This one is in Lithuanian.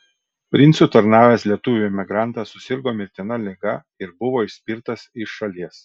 princui tarnavęs lietuvių emigrantas susirgo mirtina liga ir buvo išspirtas iš šalies